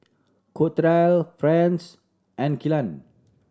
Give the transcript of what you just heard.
Clotilde Franz and Killian